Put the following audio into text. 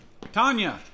Tanya